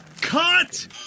cut